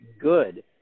good